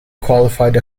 qualified